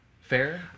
fair